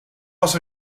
was